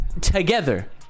together